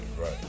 right